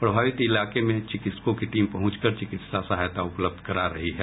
प्रभावित इलाके में चिकित्सकों की टीम पहुंचकर चिकित्सा सहायता उपलब्ध करा रही है